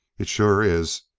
it sure is!